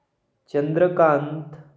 Chandrakant